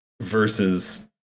versus